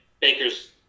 Baker's